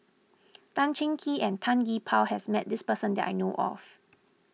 Tan Cheng Kee and Tan Gee Paw has met this person that I know of